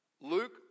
Luke